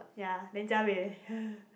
ya then jia wei